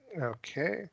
Okay